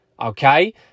Okay